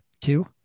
two